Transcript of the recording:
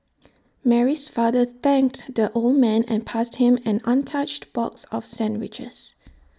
Mary's father thanked the old man and passed him an untouched box of sandwiches